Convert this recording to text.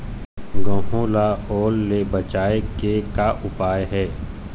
गेहूं ला ओल ले बचाए के का उपाय हे?